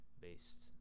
based